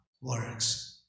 works